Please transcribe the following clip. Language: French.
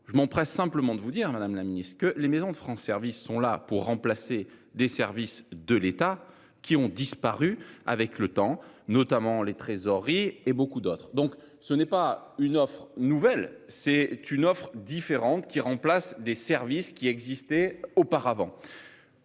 Je m'empresse simplement de vous dire madame la ministre que les maisons de France services sont là pour remplacer des services de l'État qui ont disparu avec le temps notamment les trésoreries et beaucoup d'autres. Donc ce n'est pas une offre nouvelle, c'est une offre différente qui remplacent des services qui existait auparavant.